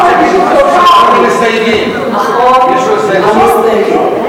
יש לו הסתייגויות.